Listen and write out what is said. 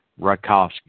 Rakowski